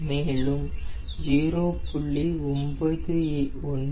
மேலும் 0